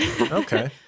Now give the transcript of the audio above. Okay